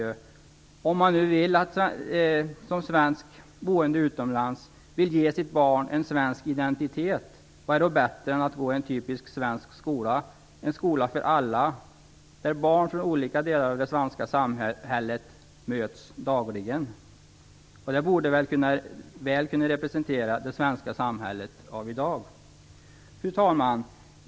Vad är bättre än en typisk svensk skola om man som svensk boende utomlands vill ge sitt barn en svensk identitet? En skola för alla, där barn från olika delar av det svenska samhället möts dagligen, borde väl kunna representera det svenska samhället av i dag. Fru talman!